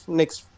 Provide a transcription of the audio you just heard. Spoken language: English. next